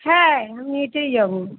হ্যাঁ আমি হেঁটেই যাবো